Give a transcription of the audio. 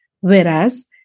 Whereas